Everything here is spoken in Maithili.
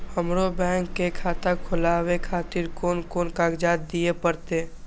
हमरो बैंक के खाता खोलाबे खातिर कोन कोन कागजात दीये परतें?